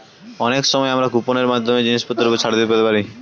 অনেক সময় আমরা কুপন এর মাধ্যমে জিনিসপত্রের উপর ছাড় পেতে পারি